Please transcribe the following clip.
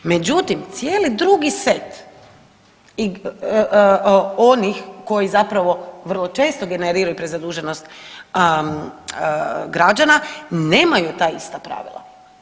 Međutim, cijeli drugi set onih koji zapravo vrlo često generiraju prezaduženost građana nemaju ta ista pravila.